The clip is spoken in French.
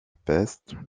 peste